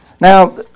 Now